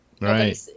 Right